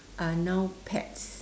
are now pets